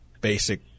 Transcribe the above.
basic